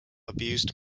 abused